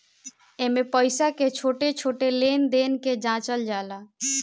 एइमे पईसा के छोट छोट लेन देन के जाचल जाला